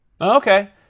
Okay